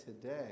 today